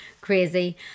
crazy